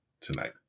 tonight